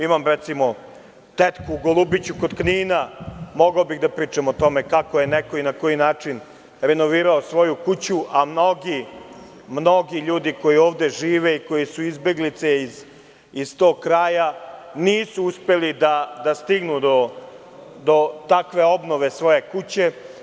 Imam recimo tetku u Golubiću kod Knina, mogao bih da pričam o tome kako je neko i na koji način renovirao svoju kuću, a mnogi ljudi koji ovde žive i koji su izbeglice iz tog kraja nisu uspeli da stignu do takve obnove svoje kuće.